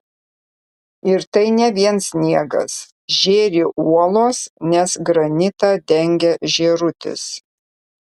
ir tai ne vien sniegas žėri uolos nes granitą dengia žėrutis